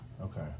Okay